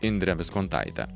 indre viskontaite